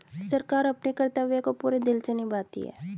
सरकार अपने कर्तव्य को पूरे दिल से निभाती है